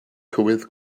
cywydd